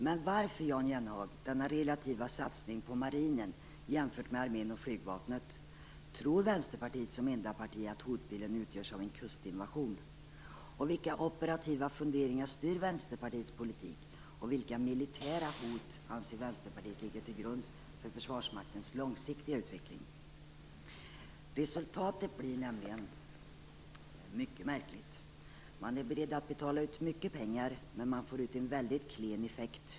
Men varför, Jan Jennehag, denna relativa satsning på marinen jämfört med armén och flygvapnet? Tror Vänsterpartiet, som i så fall är det enda partiet som gör det, att hotbilden utgörs av en kustinvasion? Vilka operativa funderingar styr Vänsterpartiets politik och vilka militära hot anser Vänsterpartiet ligger till grund för Försvarsmaktens långsiktiga utveckling? Resultatet blir nämligen mycket märkligt. Man är beredd att betala ut mycket pengar, men effekten blir väldigt klen.